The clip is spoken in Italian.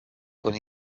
con